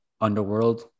underworld